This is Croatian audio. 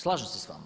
Slažem se s vama.